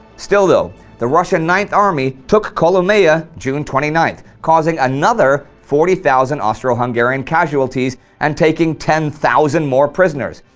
still, though, the russian ninth army took kolomea june twenty ninth, causing another forty thousand ah so and casualties and taking ten thousand more prisoners,